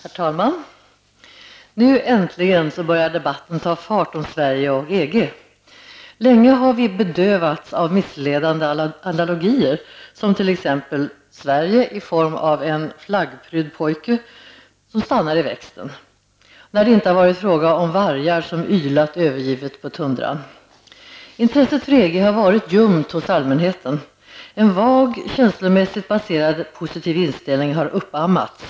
Herr talman! Debatten om Sverige och EG börjar nu äntligen ta fart. Länge har vi bedövats av missledande analogier som t.ex. Sverige i form av en flaggprydd pojke som stannar i växten, när det inte har varit fråga om vargar som ylat övergivet på tundran. Intresset för EG har varit ljumt hos allmänheten. En vag, känslomässig baserad, positiv inställning har uppammats.